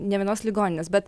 nė vienos ligoninės bet